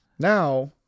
Now